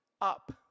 up